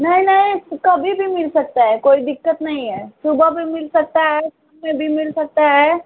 नहीं नहीं कभी भी मिल सकता है कोई दिक्कत नहीं है सुबह भी मिल सकता है शाम में भी मिल सकता है